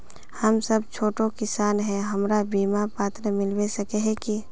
हम सब छोटो किसान है हमरा बिमा पात्र मिलबे सके है की?